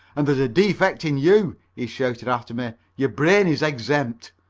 and there's a defect in you, he shouted after me, your brain is exempted.